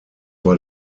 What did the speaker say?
war